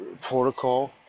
...protocol